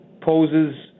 poses